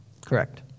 Correct